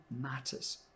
matters